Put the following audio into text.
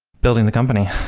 building the company.